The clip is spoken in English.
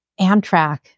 Amtrak